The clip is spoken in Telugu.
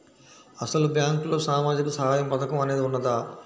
అసలు బ్యాంక్లో సామాజిక సహాయం పథకం అనేది వున్నదా?